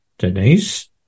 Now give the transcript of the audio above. Denise